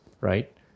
right